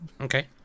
Okay